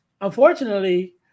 Unfortunately